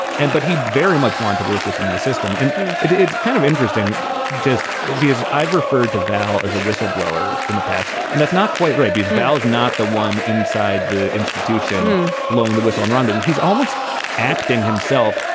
and but he'd very much want to work within the system. and it's kind of interesting just because i've referred to val as a whistleblower in the past, and that's not quite right. his mouth is not the one inside the institution blowing the whistle on rondon. he's almost acting himself.